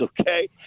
okay